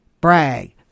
brag